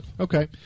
Okay